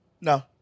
no